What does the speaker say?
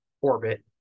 orbit